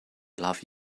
love